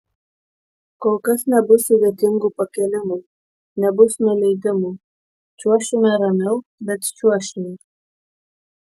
kol kas nebus sudėtingų pakėlimų nebus nuleidimų čiuošime ramiau bet čiuošime